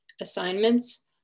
assignments